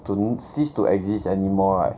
to cease to exist anymore right